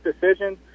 decision